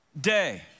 day